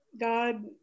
God